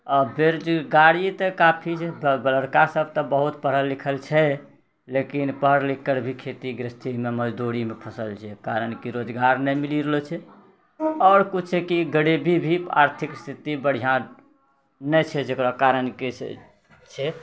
बेरोजगारी तऽ काफी छै लड़का सभ तऽ बहुत पढ़ल लिखल छै लेकिन पढ़ि लिखकर भी खेतीमे गृहस्थीमे मजदूरीमे फँसल छै कारण कि रोजगार नहि मिलि रहलो छै आओर कुछ कि गरीबी भी आर्थिक स्थिति भी बढ़िऑं नहि छै जेकरा कारण किछु छै